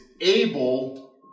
able